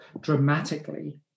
dramatically